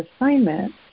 assignment